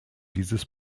dieses